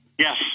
Yes